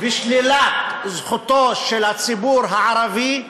ושלילת זכותו של הציבור הערבי,